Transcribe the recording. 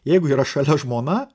jeigu yra šalia žmona